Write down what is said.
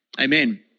Amen